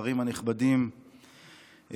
השרים הנכבדים,